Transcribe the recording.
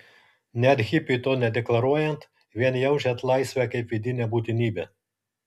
net hipiui to nedeklaruojant vien jaučiant laisvę kaip vidinę būtinybę